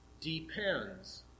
depends